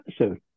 episode